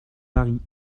paris